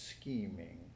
scheming